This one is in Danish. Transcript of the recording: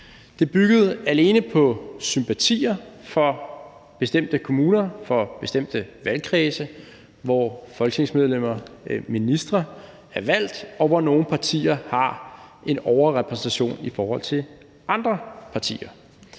Det byggede alene på sympatier for bestemte kommuner, for bestemte valgkredse, hvor folketingsmedlemmer og ministre er valgt, og hvor nogle partier har en overrepræsentation i forhold til andre partier.